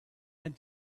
had